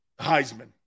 Heisman